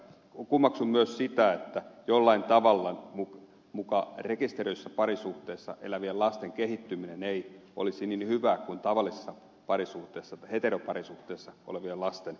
kummeksun myös sitä että jollain tavalla muka rekisteröidyssä parisuhteessa elävien lasten kehittyminen ei olisi niin hyvää kuin tavallisessa parisuhteessa heteroparisuhteessa olevien lasten